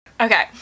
okay